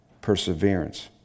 perseverance